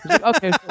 Okay